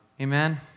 Amen